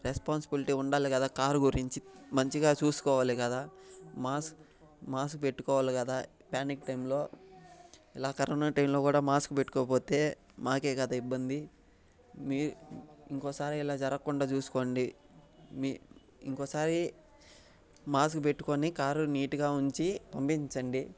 responsibility ఉండాలి కదా car గురించి మంచిగా చూసుకోవాలి కదా మాస్క్ మాస్క్ పెట్టుకోవాలి కదా పెండమినిక్ టైంలో ఇలా కరోనా టైంలో కూడా మాస్క్ పెట్టుకొపోతే మాకే కదా ఇబ్బంది మీ ఇంకోసారి ఇలా జరగకుండా చూసుకోండి మీ ఇంకోసారి మాస్క్ పెట్టుకొని కార్ నీట్గా ఉంచి పంపించండి